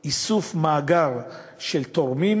הקמת מאגר של תורמים,